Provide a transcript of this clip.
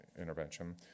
intervention